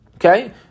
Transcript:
Okay